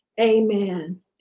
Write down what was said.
amen